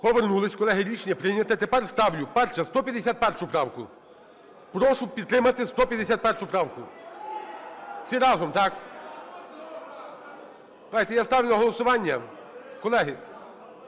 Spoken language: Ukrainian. Повернулись, колеги, рішення прийнято. Тепер ставлю, перше, 151 правку. Прошу підтримати 151 правку, всі разом, так. Я ставлю на голосування, колеги,